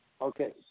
Okay